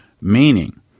Meaning